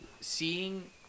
seeing